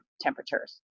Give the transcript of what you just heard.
temperatures